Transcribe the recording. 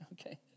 Okay